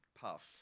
puff